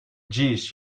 jeez